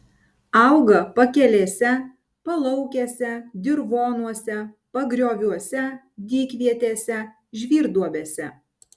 auga pakelėse palaukėse dirvonuose pagrioviuose dykvietėse žvyrduobėse